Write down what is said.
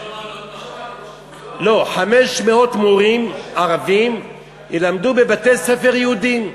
לא, 500 מורים ערבים ילמדו בבתי-ספר יהודיים.